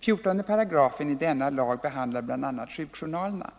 14 §i denna lag behandlar bl.a. sjukjournalerna.